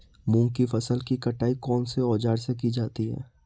मूंग की फसल की कटाई कौनसे औज़ार से की जाती है?